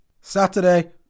Saturday